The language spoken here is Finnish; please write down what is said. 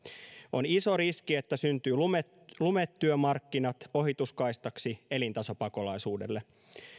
on iso riski että syntyy lumetyömarkkinat ohituskaistaksi elintasopakolaisuudelle